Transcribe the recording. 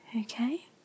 okay